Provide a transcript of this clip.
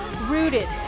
Rooted